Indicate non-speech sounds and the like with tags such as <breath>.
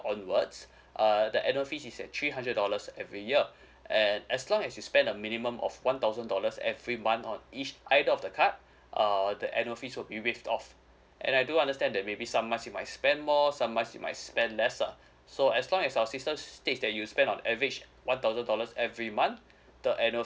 onwards uh the annual fees is at three hundred dollars every year <breath> and as long as you spend a minimum of one thousand dollars at three month on each either of the card <breath> uh the annual fees will be waived off and I do understand that maybe some months you might spend more some months you might spend less ah so as long as our system state that you spend on average one thousand dollars every month the annual